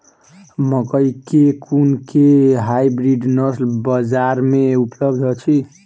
मकई केँ कुन केँ हाइब्रिड नस्ल बजार मे उपलब्ध अछि?